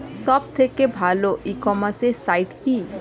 সব থেকে ভালো ই কমার্সে সাইট কী?